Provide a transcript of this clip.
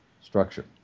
structure